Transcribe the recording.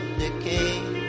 decay